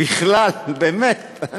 בכלל, באמת.